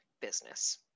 business